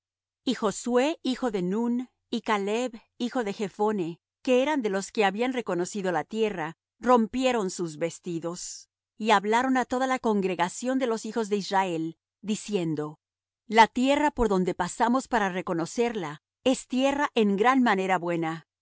y josué hijo de nun y caleb hijo de jephone que eran de los que habían reconocido la tierra rompieron sus vestidos y hablaron á toda la congregación de los hijos de israel diciendo la tierra por donde pasamos para reconocerla es tierra en gran manera buena